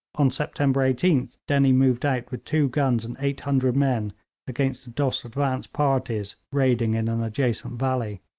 on september eighteenth dennie moved out with two guns and eight hundred men against the dost's advance parties raiding in an adjacent valley.